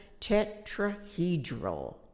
tetrahedral